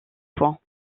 points